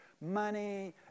money